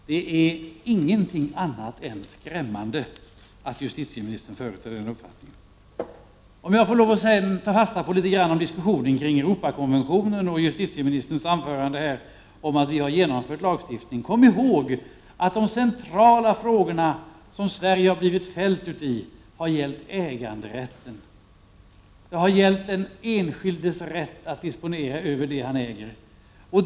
Det är ingenting annat än skrämmande att justitieministern har den uppfattningen. Får jag sedan lov att ta fasta på diskussionen om Europakonventionen. Justitieministern säger här att vi har genomfört ändringar i lagen. Men kom ihåg att de centrala frågor där Sverige har fällts har gällt äganderätten. De har gällt den enskildes rätt att disponera över det han äger.